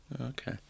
Okay